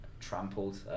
trampled